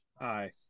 Hi